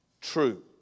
true